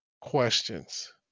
questions